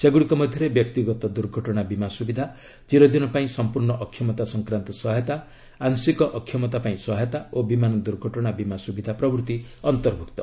ସେଗୁଡ଼ିକ ମଧ୍ୟରେ ବ୍ୟକ୍ତିଗତ ଦୁର୍ଘଟଣା ବିମା ସୁବିଧା ଚିରଦିନ ପାଇଁ ସମ୍ପୂର୍ଣ୍ଣ ଅକ୍ଷମତା ସଂକ୍ରାନ୍ତ ସହାୟତା ଆଂଶିକ ଅକ୍ଷମତା ପାଇଁ ସହାୟତା ଓ ବିମାନ ଦୁର୍ଘଟଣା ବିମା ସୁବିଧା ପ୍ରଭୃତି ଅନ୍ତର୍ଭୁକ୍ତ